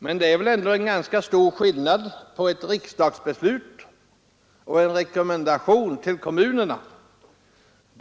Men det är väl ändå stor skillnad mellan ett riksdagsbeslut och en rekommendation till kommunerna!